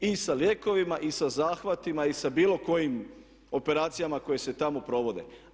I sa lijekovima i sa zahvatima i sa bilo kojim operacijama koje se tamo provode.